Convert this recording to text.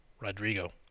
Rodrigo